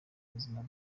ubuzima